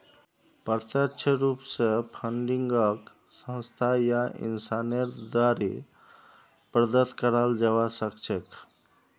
प्रत्यक्ष रूप स फंडिंगक संस्था या इंसानेर द्वारे प्रदत्त कराल जबा सख छेक